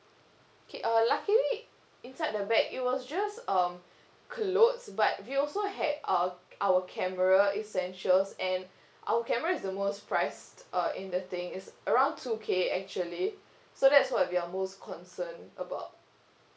okay uh luckily inside the bag it was just um clothes but we also had uh our camera essentials and our camera is the most prized uh in the thing it's around two K actually so that's what we are most concerned about